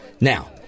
Now